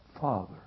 Father